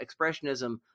expressionism